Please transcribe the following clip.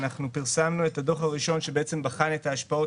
פרסמנו את הדוח הראשון שבחן את ההשפעות